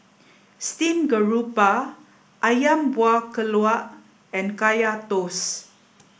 Steamed Garoupa Ayam Buah Keluak and Kaya Toast